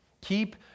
Keep